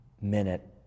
minute